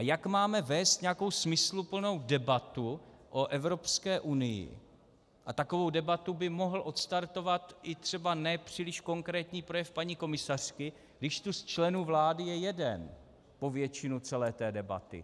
Jak máme vést nějakou smysluplnou debatu o Evropské unii a takovou debatu by mohl odstartovat i třeba nepříliš konkrétní projev paní komisařky když tu z členů vlády je jeden po většinu celé té debaty?